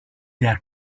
that